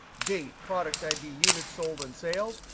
date, product, id, units sold, and sales.